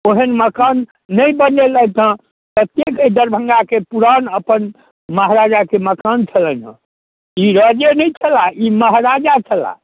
ओहन मकान नहि बनेलथि हँ एतेक अइ दरभङ्गाके पुरान अपन महाराजाके मकान छलनि हेँ ई राजे नहि छलाह ई महाराजा छलाह